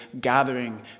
gathering